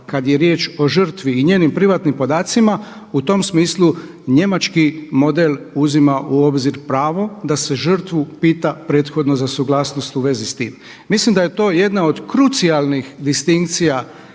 kad je riječ o žrtvi i njenim privatnim podacima u tom smislu njemački model uzima u obzir pravo da se žrtvu pita prethodno za suglasnost u vezi s tim. Mislim da je to jedna od krucijalnih distinkcija